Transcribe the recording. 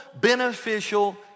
beneficial